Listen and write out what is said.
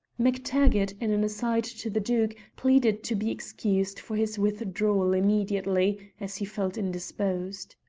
mactaggart, in an aside to the duke, pleaded to be excused for his withdrawal immediately, as he felt indisposed.